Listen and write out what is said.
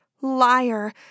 liar